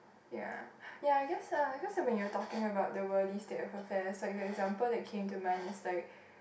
ya ya I guess I guess when you were talking the worldly state of affairs like the example that came into mind is like